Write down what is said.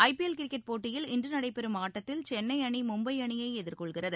ஐ PL cricket போட்டியில் இன்றுநடைபெறும் ஆட்டத்தில்சென்னைஅணி மும்பை அணியைஎதிர்கொள்கிறது